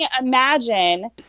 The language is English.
imagine